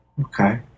Okay